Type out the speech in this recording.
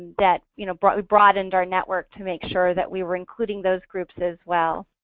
that you know broadened broadened our network to make sure that we were including those groups as well.